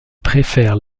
préfère